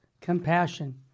compassion